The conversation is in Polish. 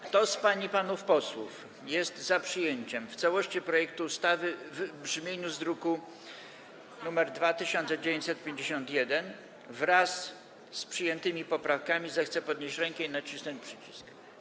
Kto z pań i panów posłów jest za przyjęciem w całości projektu ustawy w brzmieniu z druku nr 2951, wraz z przyjętymi poprawkami, zechce podnieść rękę i nacisnąć przycisk.